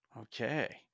Okay